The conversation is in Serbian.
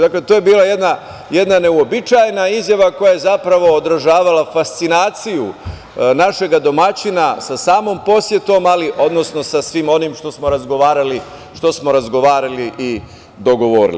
Dakle, to je bila jedna neuobičajena izjava koja je zapravo odražavala fascinaciju našega domaćina sa samom posetom, ali odnosno sa svim onim što smo razgovarali i dogovorili.